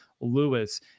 Lewis